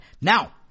Now